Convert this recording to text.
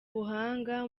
ubuhanga